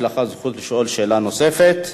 יש לך זכות לשאול שאלה נוספת.